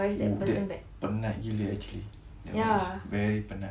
oh that penat gila actually that [one] is very penat